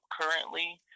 currently